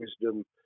wisdom